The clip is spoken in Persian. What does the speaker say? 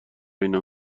اینا